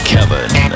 Kevin